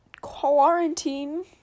quarantine